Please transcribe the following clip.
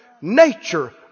nature